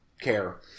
care